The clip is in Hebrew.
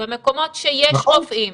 במקומות שיש רופאים